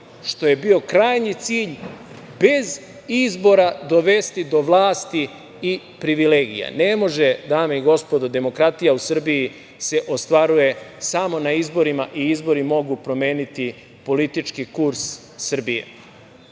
što je bio krajnji cilj, bez izbora dovesti do vlasti i privilegija. Ne može, dame i gospodo. Demokratija u Srbiji se ostvaruje samo na izborima i izbori mogu promeniti politički kurs Srbije. Dakle,